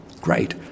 great